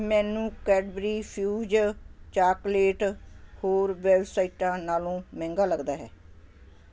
ਮੈਨੂੰ Cadbury Fuse chocolate ਹੋਰ ਵੈੱਬਸਾਈਟਾਂ ਨਾਲੋਂ ਮਹਿੰਗਾ ਲੱਗਦਾ ਹੈ